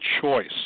choice